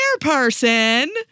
person